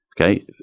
Okay